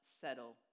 settle